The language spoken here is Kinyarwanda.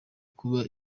kuba